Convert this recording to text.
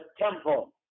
temple